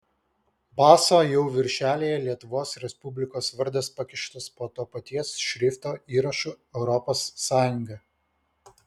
paso jau viršelyje lietuvos respublikos vardas pakištas po to paties šrifto įrašu europos sąjunga